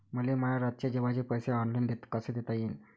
मले माया रातचे जेवाचे पैसे ऑनलाईन कसे देता येईन?